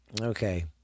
Okay